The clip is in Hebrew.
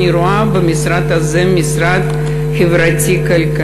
אני רואה במשרד הזה משרד חברתי-כלכלי.